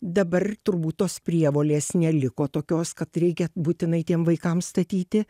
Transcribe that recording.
dabar turbūt tos prievolės neliko tokios kad reikia būtinai tiem vaikam statyti